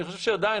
אני חושב שעדיין,